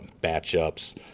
batch-ups